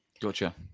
Gotcha